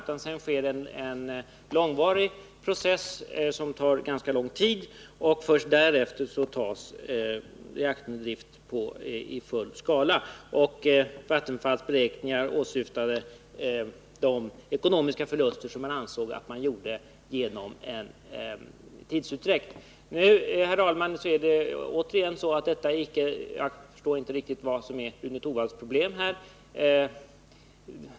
Det är en långvarig process att sätta en reaktor i drift. Vattenfalls beräkningar åsyftade de ekonomiska förluster man ansåg att man gjorde genom hela denna tidsutdräkt. Jag förstår inte, herr talman, vad som här är Rune Torwalds problem.